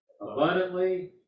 abundantly